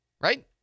Right